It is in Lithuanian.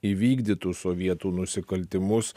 įvykdytų sovietų nusikaltimus